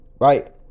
Right